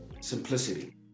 simplicity